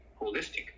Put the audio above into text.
holistic